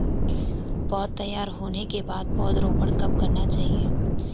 पौध तैयार होने के बाद पौधा रोपण कब करना चाहिए?